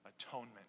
atonement